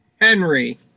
Henry